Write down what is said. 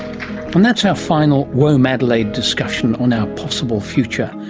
and that's our final womadelaide discussion on our possible future.